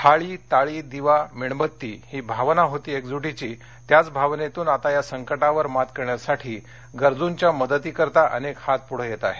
टाळी थाळी दिवा मेणबत्ती ही भावना होती एकजुटीची त्याच भावनेतून आता या संकटावर मात करण्यासाठी गरजूंच्या मदतीसाठी अनेक हात पुढे येत आहेत